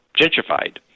gentrified